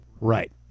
Right